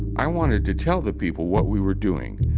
i wanted to tell the people what we were doing,